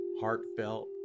heartfelt